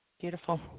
Beautiful